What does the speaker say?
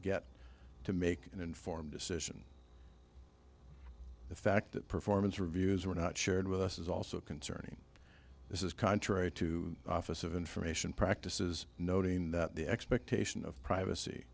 get to make an informed decision the fact that performance reviews are not shared with us is also concerning this is contrary to office of information practices noting that the expectation of privacy